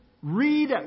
Read